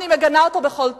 אני מגנה אותו בכל תוקף,